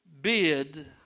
bid